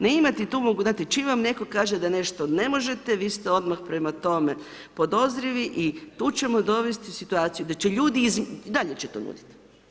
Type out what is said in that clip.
Ne imati tu mogućnost, znate, čim vam netko kaže da nešto ne možete, vi ste odmah prema tome podozrivi i tu ćemo dovesti u situaciju da će ljudi i dalje će to nudit.